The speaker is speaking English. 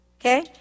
Okay